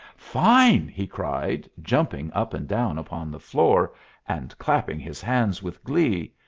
fine! he cried, jumping up and down upon the floor and clapping his hands with glee.